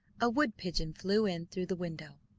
a wood-pigeon flew in through the window.